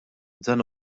dan